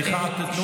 סליחה, תנו לו,